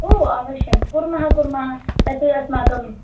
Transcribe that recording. ओ अवश्यं कुर्मः कुर्मः तत् अस्माकम्